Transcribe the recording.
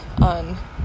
on